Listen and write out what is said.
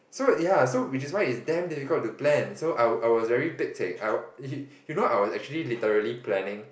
so ya so which is why it's damn difficult to plan so I I was very pek-cek you know I was actually literally planning